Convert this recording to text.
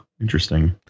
Interesting